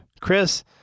Chris